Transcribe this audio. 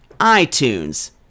iTunes